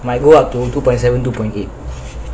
might go up to two point seven two point eight